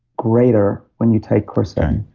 greater when you take quercetin